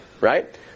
right